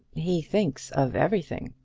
he thinks of everything,